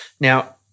Now